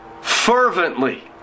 fervently